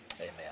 Amen